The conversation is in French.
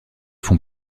font